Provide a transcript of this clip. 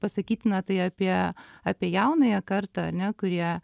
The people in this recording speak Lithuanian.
pasakytina tai apie apie jaunąją kartą ar ne kurie